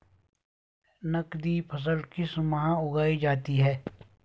नकदी फसल किस माह उगाई जाती है?